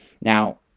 Now